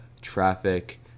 traffic